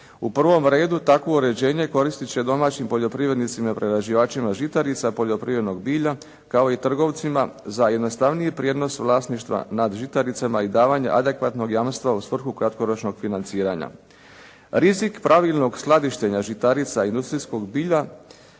U prvom redu takvo uređenje koristit će domaćim poljoprivrednicima i prerađivačima žitarica, poljoprivrednog bilja, kao i trgovcima za jednostavniji prijenos vlasništva nad žitaricama i davanje adekvatnog jamstva u svrhu kratkoročnog financiranja. Rizik pravilnog skladištenja žitarica, industrijskog bilja